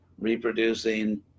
reproducing